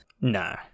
No